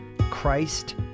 Christ